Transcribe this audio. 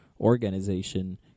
organization